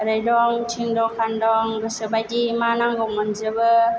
ओरै दं थिन दखान दं गोसो बायदि मा नांगौ मोनजोबो